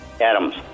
Adams